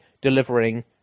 delivering